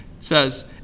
says